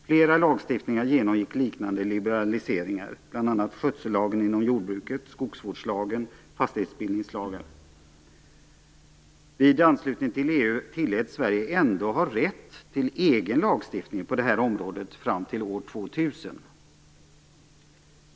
Flera lagstiftningar genomgick liknande liberaliseringar, bl.a. skötsellagen inom jordbruket, skogsvårdslagen, fastighetsbildningslagar. Vid anslutningen till EU tilläts Sverige ändå ha rätt till egen lagstiftning på det här området fram till år 2000.